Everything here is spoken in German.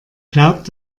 glaubt